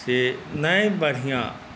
से नहि बढ़िआँ